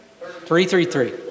Three-three-three